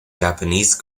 japanese